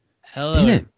hello